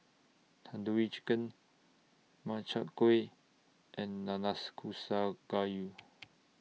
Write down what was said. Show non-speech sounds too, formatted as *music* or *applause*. Tandoori Chicken Makchang Gui and *unintelligible* Gayu